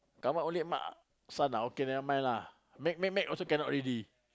come out only ma~ son ah okay never mind lah make make make also cannot already